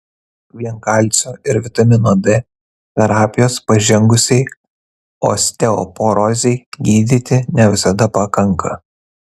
vien kalcio ir vitamino d terapijos pažengusiai osteoporozei gydyti ne visada pakanka